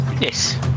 yes